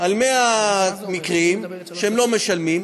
על 100 מקרים שהם לא משלמים,